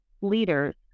leaders